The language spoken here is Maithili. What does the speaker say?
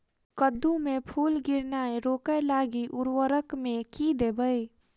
कद्दू मे फूल गिरनाय रोकय लागि उर्वरक मे की देबै?